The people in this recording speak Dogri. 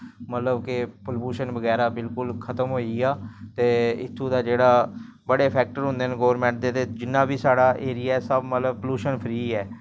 मतलव के पलूशन बगैरा बिल्कुल खत्म होई'जा ते इत्थूं दा जेह्ड़ा बड़े फैक्टर होंदे न गौरमैंट दे ते जिन्ना बी साढ़ा एरिया ऐ सब मतलव पलूशन फ्री ऐ